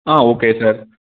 ah okay sir